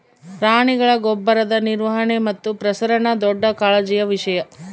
ಪ್ರಾಣಿಗಳ ಗೊಬ್ಬರದ ನಿರ್ವಹಣೆ ಮತ್ತು ಪ್ರಸರಣ ದೊಡ್ಡ ಕಾಳಜಿಯ ವಿಷಯ